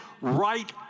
right